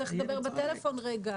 צריך לדבר בטלפון רגע,